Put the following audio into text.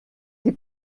die